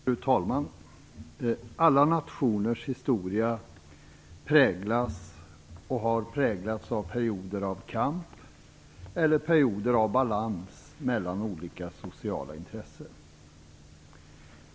Fru talman! Alla nationers historia präglas, och har präglats, av perioder av kamp eller perioder av balans mellan olika sociala intressen.